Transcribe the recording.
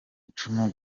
icumu